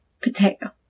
Potato